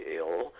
ill